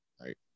right